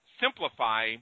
simplify